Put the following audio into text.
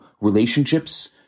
relationships